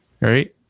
Right